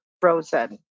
frozen